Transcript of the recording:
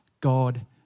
God